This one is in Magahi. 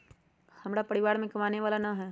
हमरा परिवार में कमाने वाला ना है?